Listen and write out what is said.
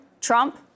Trump